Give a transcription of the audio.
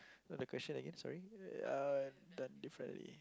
what's the question again sorry uh done differently